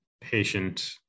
patient